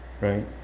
right